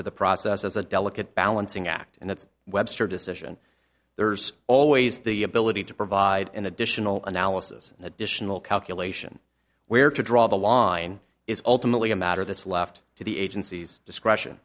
to the process as a delicate balancing act and it's webster decision there's always the ability to provide an additional analysis and additional calculation where to draw the line is ultimately a matter that's left to the agency's discretion